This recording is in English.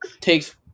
takes